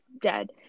dead